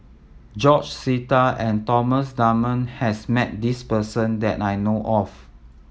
George Sita and Thomas Dunman has met this person that I know of